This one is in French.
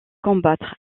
combattre